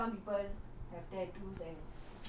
and then they write some quotes